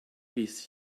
bis